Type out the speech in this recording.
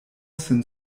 sin